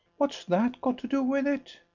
what's that got to do with it?